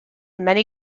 many